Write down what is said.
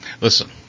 Listen